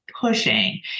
pushing